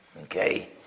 Okay